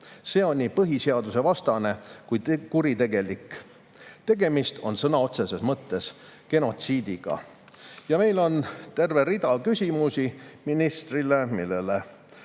See on nii põhiseadusvastane kui ka kuritegelik. Tegemist on sõna otseses mõttes genotsiidiga. Ja meil on terve rida küsimusi ministrile, millele